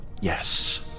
yes